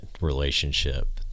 relationship